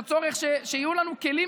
הצורך שיהיו לנו כלים,